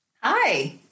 Hi